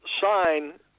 sign